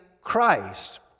Christ